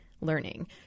learning